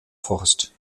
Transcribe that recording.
forst